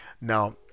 Now